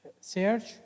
search